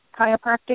chiropractic